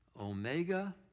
Omega